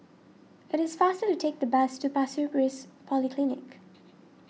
it is faster to take the bus to Pasir Ris Polyclinic